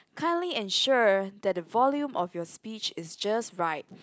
kindly ensure that the volume of your speech is just right